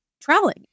traveling